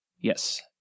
Yes